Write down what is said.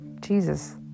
Jesus